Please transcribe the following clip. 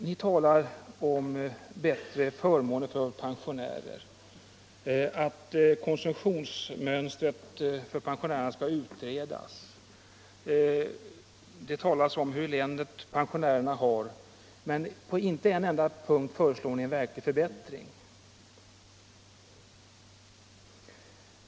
Ni talar om bättre pensionsförmåner för pensionärer och om att konsumtionsmönstret för pensionärerna skall utredas. Det talas om hur eländigt pensionärerna har dei, men inte på en enda punkt föreslår ni en verklig förbättring.